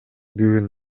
бүгүн